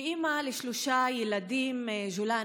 כאימא לשלושה ילדים: ג'ולאן,